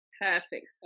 Perfect